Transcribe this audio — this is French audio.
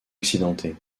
accidenté